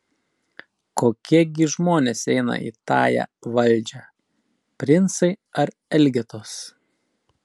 kokie gi žmonės eina į tąją valdžią princai ar elgetos